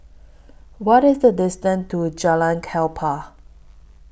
What IS The distance to Jalan Klapa